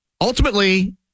ultimately